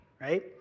right